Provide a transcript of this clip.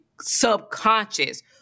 subconscious